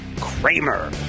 Kramer